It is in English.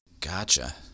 Gotcha